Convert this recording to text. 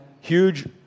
huge